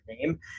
name